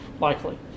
likely